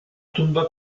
tumba